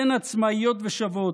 אתן עצמאיות ושוות.